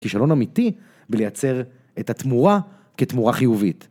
כישלון אמיתי ולייצר את התמורה כתמורה חיובית.